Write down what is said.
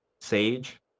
sage